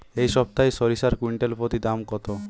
এই সপ্তাহে সরিষার কুইন্টাল প্রতি দাম কত?